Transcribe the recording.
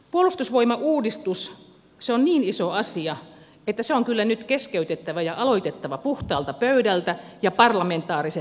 puolustusvoimauudistus on niin iso asia että se on nyt kyllä keskeytettävä ja aloitettava puhtaalta pöydältä ja parlamentaarisesti